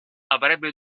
avrebbe